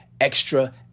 extra